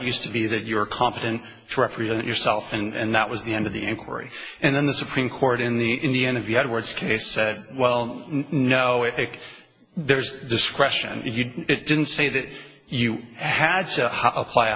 used to be that you were competent for yourself and that was the end of the inquiry and then the supreme court in the in the end if you had words case said well no if there's discretion you didn't say that you had to apply a